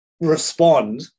respond